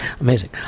amazing